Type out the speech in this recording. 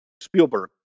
Spielberg